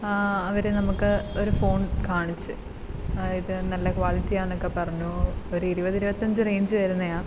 അവര് നമുക്ക് ഒരു ഫോൺ കാണിച്ച് ഇത് നല്ല ക്വാളിറ്റിയാന്നൊക്കെ പറഞ്ഞു ഒരു ഇരുപത് ഇരുപത്തിയഞ്ച് റേയ്ഞ്ച് വരുന്നതാണ്